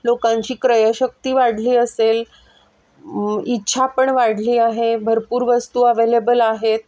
लोकांची क्रयशक्ती वाढली असेल इच्छा पण वाढली आहे भरपूर वस्तू अवेलेबल आहेत